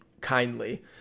kindly